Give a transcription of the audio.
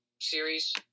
series